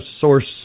source